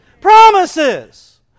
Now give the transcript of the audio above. Promises